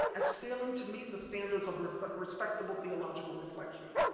as failing to meet the standards of respectable theological reflection.